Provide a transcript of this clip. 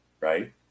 right